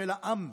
של העם,